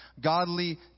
godly